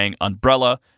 umbrella